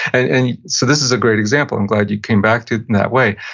and and so, this is a great example, i'm glad you came back to it in that way.